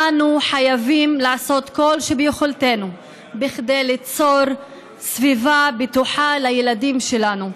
אנו חייבים לעשות כל שביכולתנו כדי ליצור סביבה בטוחה לילדים שלנו.